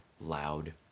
loud